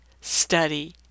study